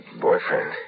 boyfriend